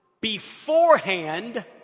beforehand